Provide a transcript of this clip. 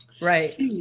Right